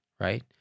right